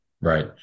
Right